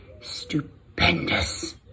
stupendous